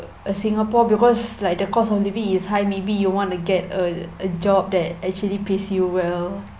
err singapore because like the cost of living is high maybe you want to get a a job that actually pays you well